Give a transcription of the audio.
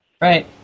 Right